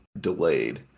delayed